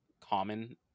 common